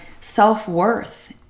self-worth